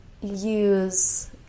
use